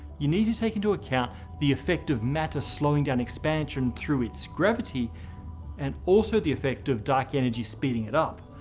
you need to take into account the effect of matter slowing down expansion through its gravity and also the effect of dark energy speeding it up.